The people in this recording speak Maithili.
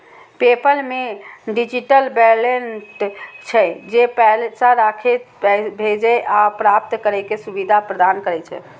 पेपल मे डिजिटल वैलेट छै, जे पैसा राखै, भेजै आ प्राप्त करै के सुविधा प्रदान करै छै